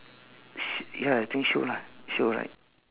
sh~ ya I think shoe lah shoe right